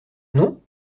non